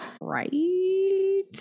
Right